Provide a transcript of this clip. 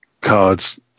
cards